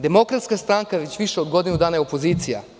Demokratska stranka je već više od godinu dana opozicija.